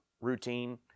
routine